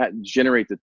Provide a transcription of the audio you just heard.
generate